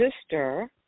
sister